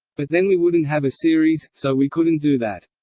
but then we wouldn't have a series, so we couldn't do that.